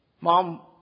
Mom